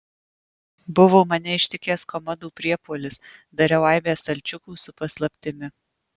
buvo mane ištikęs komodų priepuolis dariau aibę stalčiukų su paslaptimi